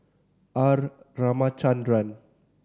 R Ramachandran